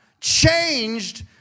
changed